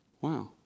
Wow